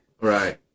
Right